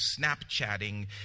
Snapchatting